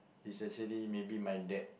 it's actually maybe my dad